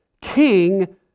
king